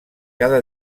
cada